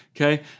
okay